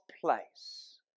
place